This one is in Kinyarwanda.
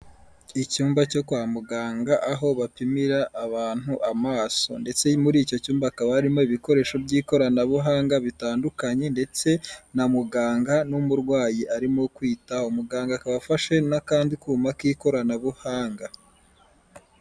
Icyumba cyo kwa muganga aho bapimira abantu amaso, ndetse muri icyo cyumba akaba harimo ibikoresho by'ikoranabuhanga bitandukanye, ndetse na muganga n'umurwayi arimo kwitaho, muganga akaba afashe n'akandi kuma k'ikoranabuhanga.